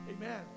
Amen